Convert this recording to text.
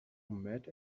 mad